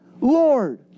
Lord